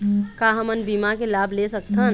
का हमन बीमा के लाभ ले सकथन?